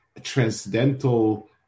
transcendental